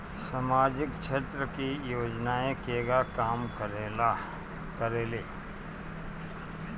सामाजिक क्षेत्र की योजनाएं केगा काम करेले?